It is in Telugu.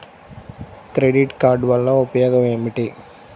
క్రెడిట్ కార్డ్ వల్ల ఉపయోగం ఏమిటీ?